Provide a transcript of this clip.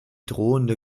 drohende